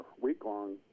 week-long